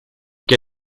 che